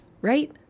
Right